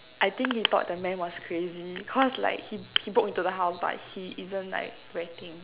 I think he thought the man was crazy cause like he he broke into the house but he isn't like reacting